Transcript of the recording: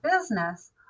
business